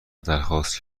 درخواست